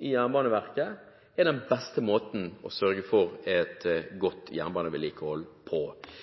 i Jernbaneverket er den beste måten å sørge for et godt jernbanevedlikehold på.